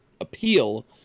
appeal